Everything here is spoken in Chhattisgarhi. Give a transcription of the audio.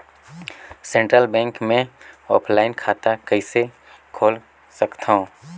सेंट्रल बैंक मे ऑफलाइन खाता कइसे खोल सकथव?